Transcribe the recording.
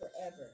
forever